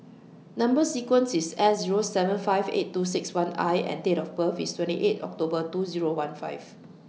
Number sequence IS S Zero seven five eight two six one I and Date of birth IS twenty eight October two Zero one five